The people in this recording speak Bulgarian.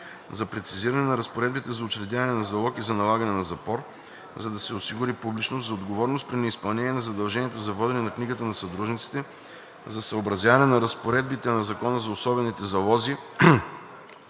за прецизиране на разпоредбите за учредяване на залог и за налагане на запор, за да се осигури публичност, за отговорност при неизпълнение на задължението за водене на книгата на съдружниците, за съобразяване на разпоредбите на Закона за особените залози